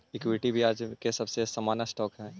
equity ब्याज के सबसे सामान्य स्टॉक हई